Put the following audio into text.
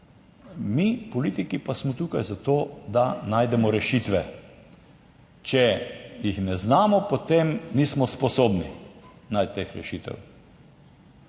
mi politiki pa smo tukaj zato, da najdemo rešitve. Če jih ne znamo, potem nismo sposobni najti teh rešitev